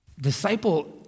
Disciple